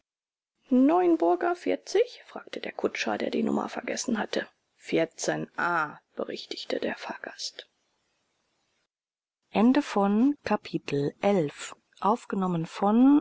neuenburger vierzig fragte der kutscher der die nummer vergessen hatte vierzehn a berichtigte der fahrgast